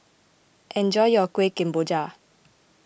enjoy your Kueh Kemboja